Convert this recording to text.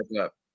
up